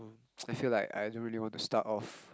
I feel like I don't really want to start off